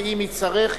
ואם יהיה צורך,